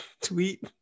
tweet